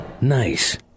Nice